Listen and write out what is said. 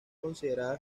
consideradas